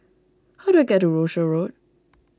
how do I get to Rochor Road